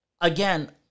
again